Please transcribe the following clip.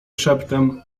szeptem